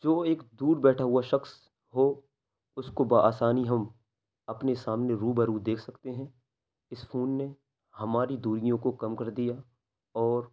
جو ایک دور بیٹھا ہوا شخص ہو اس کو بآسانی ہم اپنے سامنے روبرو دیکھ سکتے ہیں اس فون نے ہماری دوریوں کو کم کر دیا اور